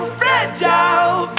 fragile